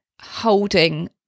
holding